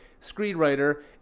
screenwriter